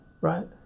right